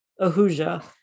Ahuja